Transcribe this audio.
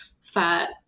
fat